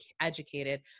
educated